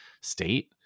state